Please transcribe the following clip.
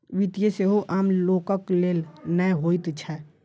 वित्तीय सेवा आम लोकक लेल नै होइत छै